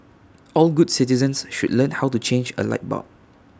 all good citizens should learn how to change A light bulb